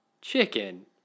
chicken